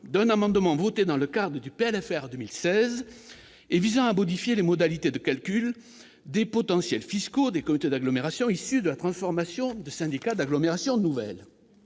d'un amendement voté dans le cadre du PLFR pour 2016 et visant à modifier les modalités de calcul des potentiels fiscaux des communautés d'agglomération issues de la transformation de syndicats d'agglomération nouvelle.